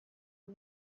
آیا